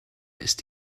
ist